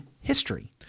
history